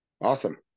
Awesome